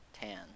tan